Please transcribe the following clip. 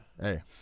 Hey